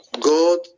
God